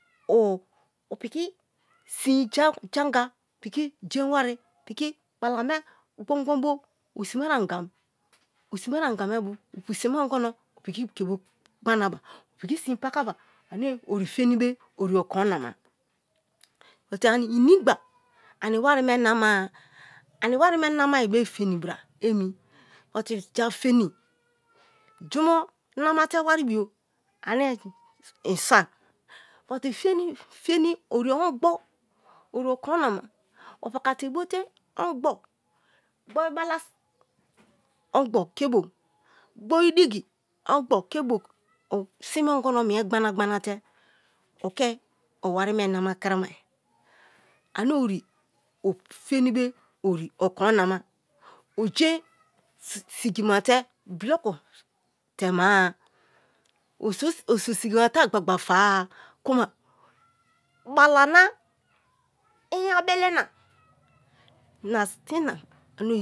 opiki sin jem anga piki jein wari piki balame gbon gbon bo osime anga me bo opusin me ongono opiki ke bo gbanaba o piki sin pakaba ane ori femibe ori okorina ma. bu inimgba ani wari me nama-a ani wari me nama be fenibra emi but ja fem jumo namate waribio ane in soi but feni ori ongbo ori okorinama opaka te bo te ongbo gborubala so ongbo ke boi gboru diki ongbo ke bo sin me ongono mie gbana-gbana te oke owari me nama kramai ane ori fenibe okorinama o jein sigmate block teme-a, o so sigimate agbagbe fe-a kuma bala na, inya bele na, na sin ane